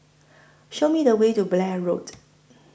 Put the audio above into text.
Show Me The Way to Blair Road